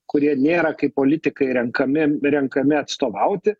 kurie nėra kaip politikai renkami renkami atstovauti